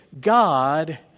God